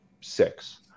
six